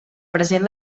present